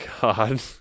God